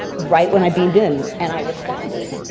right when i beamed in, and i responded.